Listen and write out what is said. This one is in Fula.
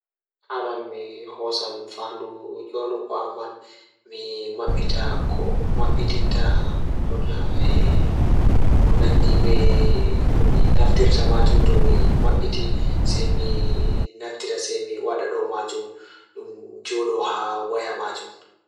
Aran mi hoosan faandu mi waɗataa waawi ngoodi fiyaangu e dow store ngal. Miɗo waawataa hokkude Play Store ko Apple Store ngal, ɗum njiddaade fiyaangu goɗɗo. Miɗo waawataa waawi njiddaade software ngal, sabu fiyaangu goɗɗo waawi waawde. Miɗo waawataa kañum fiyaangu goɗɗo kaɓɓude ngal, e kaɗi njiddaade ngal.